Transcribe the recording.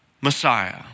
Messiah